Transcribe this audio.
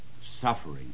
suffering